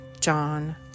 John